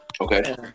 Okay